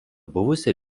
buvusi